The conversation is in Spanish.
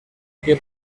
que